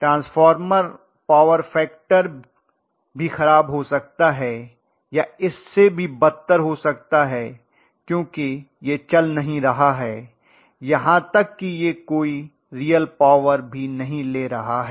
transformer power factor भी खराब हो सकता है या इससे भी बदतर हो सकता है क्योंकि यह चल नहीं रहा है यहाँ तक कि ये कोई रियल पॉवर भी नहीं ले रहा है